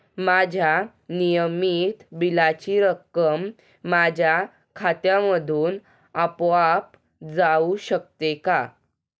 माझ्या नियमित बिलाची रक्कम माझ्या खात्यामधून आपोआप जाऊ शकते का?